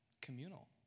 communal